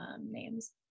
names